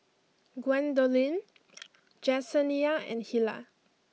Gwendolyn Jesenia and Hilah